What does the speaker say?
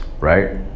right